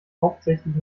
hauptsächlich